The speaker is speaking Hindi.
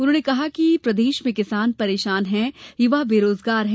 उन्होंने कहा कि प्रदेश में किसान परेशान हैं युवा बेराजगार हैं